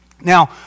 Now